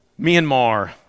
Myanmar